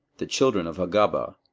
the children of hagaba,